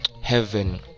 Heaven